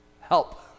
help